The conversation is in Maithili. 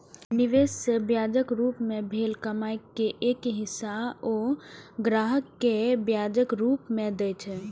निवेश सं ब्याजक रूप मे भेल कमाइ के एक हिस्सा ओ ग्राहक कें ब्याजक रूप मे दए छै